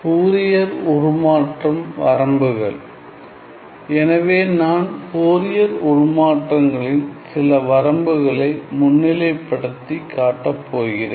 Fourier உருமாற்றம் வரம்புகள் எனவே நான் ஃபோரியர் உருமாற்றங்களின் சில வரம்புகளை முன்னிலைப்படுத்தி காட்டப் போகிறேன்